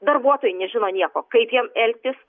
darbuotojai nežino nieko kaip jiem elgtis